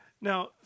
Now